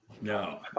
no